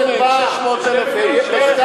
הקמנו מדינה ב-1948 עם 600,000 איש?